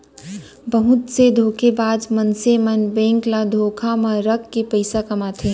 बहुत से धोखेबाज मनसे मन बेंक ल धोखा म राखके पइसा कमाथे